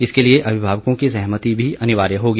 इसके लिए अभिभावकों की सहमति भी अनिवार्य होगी